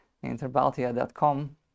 interbaltia.com